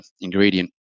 ingredient